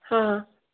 हाँ हाँ